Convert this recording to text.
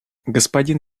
господин